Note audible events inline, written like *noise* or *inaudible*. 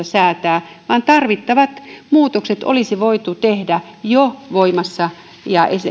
*unintelligible* säätää vaan tarvittavat muutokset olisi voitu tehdä jo voimassa ja